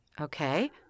Okay